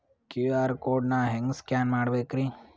QR code ನಾ ಹೆಂಗ scan ಮಾಡಬೇಕ್ರಿ?